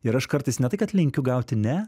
ir aš kartais ne tai kad linkiu gauti ne